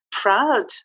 Proud